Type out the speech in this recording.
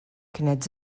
kienet